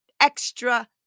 extra